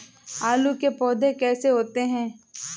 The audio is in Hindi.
आलू के पौधे कैसे होते हैं?